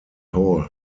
hall